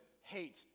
hate